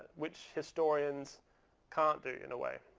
which historians can't do in a way,